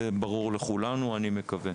אני מקווה שזה ברור לכולנו.